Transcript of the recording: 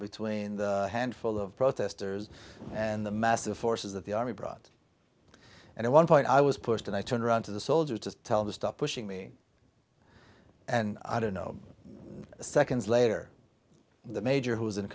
between the handful of protesters and the massive forces of the army brought in and one point i was pushed and i turned around to the soldiers to tell the stop pushing me and i don't know seconds later the major who was in